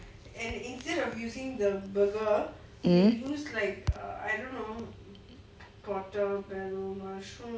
um